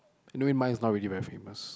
anyway mine is not really very famous